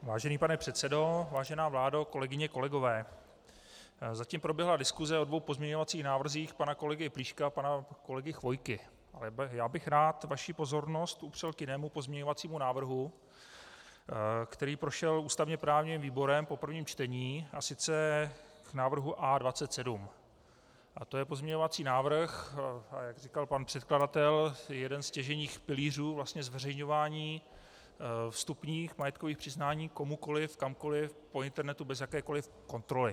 Vážený pane předsedo, vážená vládo, kolegyně a kolegové, zatím proběhla diskuse o dvou pozměňovacích návrzích, pana kolegy Plíška a pana kolegy Chvojky, ale já bych rád vaši pozornost upřel k jinému pozměňovacímu návrhu, který prošel ústavněprávním výborem po prvním čtení, a to k návrhu A27, a to je pozměňovací návrh, jak říkal pan předkladatel, jeden ze stěžejních pilířů vlastně zveřejňování vstupních majetkových přiznání komukoli, kamkoli, po internetu, bez jakékoli kontroly.